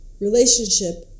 relationship